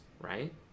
right